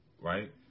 right